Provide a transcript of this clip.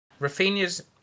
Rafinha's